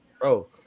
bro